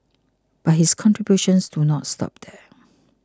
but his contributions do not stop there